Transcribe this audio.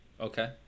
Okay